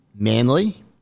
manly